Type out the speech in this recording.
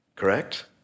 correct